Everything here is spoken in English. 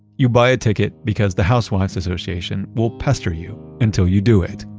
you buy a ticket because the housewives association will pester you until you do it.